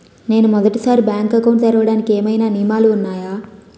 నేను మొదటి సారి బ్యాంక్ అకౌంట్ తెరవడానికి ఏమైనా నియమాలు వున్నాయా?